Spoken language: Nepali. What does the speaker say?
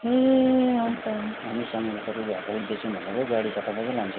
ए हुन्छ हुन्छ